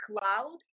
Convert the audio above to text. cloud